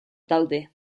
daude